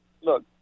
Look